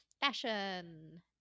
Fashion